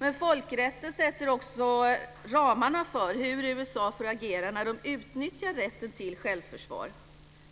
Men folkrätten sätter också ramarna för hur USA får agera när man utnyttjar rätten till självförsvar.